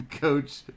coach